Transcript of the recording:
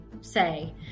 say